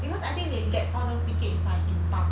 because I think they get all those tickets like in bulk